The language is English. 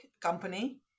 company